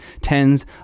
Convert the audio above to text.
tens